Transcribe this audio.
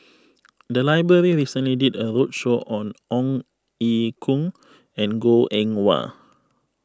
the library recently did a roadshow on Ong Ye Kung and Goh Eng Wah